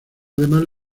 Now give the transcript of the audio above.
además